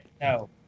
No